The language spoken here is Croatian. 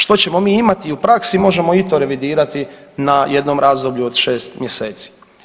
Što ćemo mi imati u praksi možemo i to revidirati na jednom razdoblju od 6 mjeseci.